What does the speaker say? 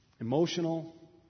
emotional